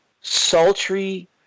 sultry